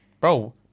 Bro